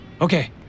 Okay